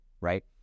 right